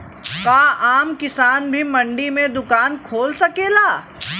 का आम किसान भी मंडी में दुकान खोल सकेला?